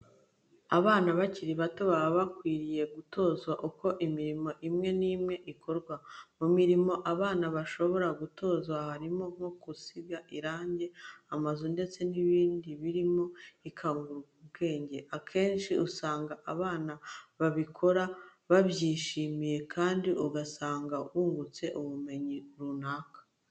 Abana bakiri bato baba bakwiriye gutozwa uko imirimo imwe n'imwe ikorwa. Mu mirimo abana bashobora gutozwa harimo nko gusiga irangi amazu ndetse n'indi mirirmo ikangura ubwenge. Akenshi usanga abana babikora babyishimiye kandi ugasanga bungutse ubumenyi runaka.